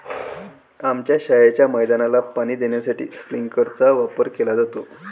आमच्या शाळेच्या मैदानाला पाणी देण्यासाठी स्प्रिंकलर चा वापर केला जातो